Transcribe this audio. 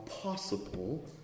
possible